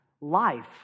life